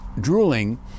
drooling